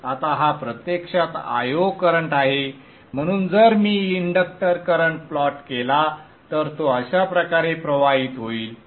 आता हा प्रत्यक्षात Io करंट आहे म्हणून जर मी इंडक्टर करंट प्लॉट केला तर तो अशा प्रकारे प्रवाहित होईल